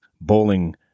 bowling